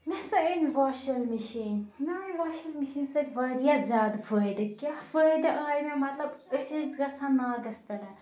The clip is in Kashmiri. مےٚ سا أنۍ واشَنٛگ مِشیٖن مےٚ آو امہِ واشنٛگ مِشیٖن سۭتۍ واریاہ زیادٕ فٲہدٕ کیٛاہ فٲہدٕ آے مےٚ مَطلَب أسۍ ٲسۍ گَژھان ناگَس پٮ۪ٹھ